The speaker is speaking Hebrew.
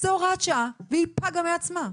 זו הוראת שעה והיא פגה מעצמה.